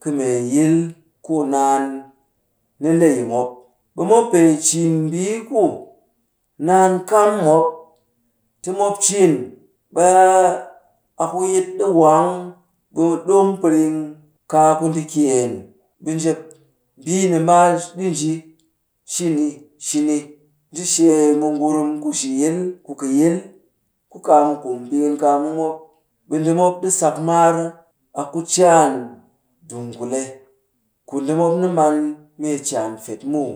kɨ mee yil ku naan ni le yi mop. Ɓe mop pee cin mbii ku naan kam mop, ti mop cin. Ɓe a ku yit ɗi wang, ɓe ɗimu piring kaaku ndi kyeen. Ɓe njep mbii ni mbaa ɗi nji shini shini. Ndi shee mu ngurum ku shi yil, ku kaa mu kum pikinkaam mu mop, ɓe ndi mop ɗi sak maar a ku caan dunkule. Ku ndi mop ni man mee caan fet muw.